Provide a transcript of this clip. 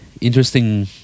interesting